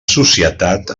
societat